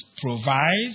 provides